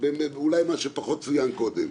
אולי מה שפחות צוין קודם.